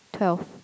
twelve